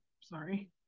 sorry